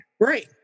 Great